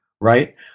right